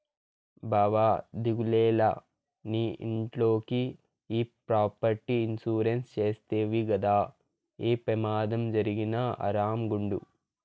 బావా దిగులేల, నీ ఇంట్లోకి ఈ ప్రాపర్టీ ఇన్సూరెన్స్ చేస్తవి గదా, ఏ పెమాదం జరిగినా ఆరామ్ గుండు